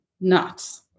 nuts